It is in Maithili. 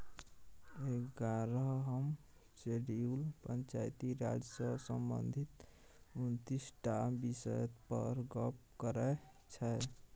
एगारहम शेड्यूल पंचायती राज सँ संबंधित उनतीस टा बिषय पर गप्प करै छै